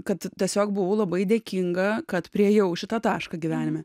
kad tiesiog buvau labai dėkinga kad priėjau šitą tašką gyvenime